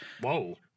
Whoa